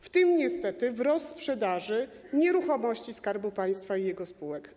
W tym niestety jest wzrost sprzedaży nieruchomości Skarbu Państwa i jego spółek.